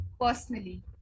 personally